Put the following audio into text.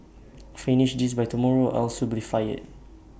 finish this by tomorrow else you'll be fired